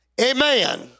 Amen